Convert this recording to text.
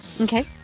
Okay